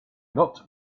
not